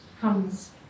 comes